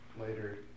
later